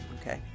Okay